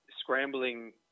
scrambling